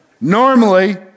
Normally